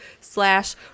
slash